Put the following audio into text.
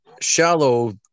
shallow